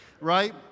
right